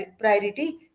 priority